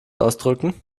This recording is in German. ausdrücken